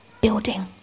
building